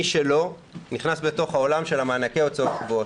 מי שלא, נכנס לעולם מענקי הוצאות קבועות.